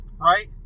right